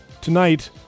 Tonight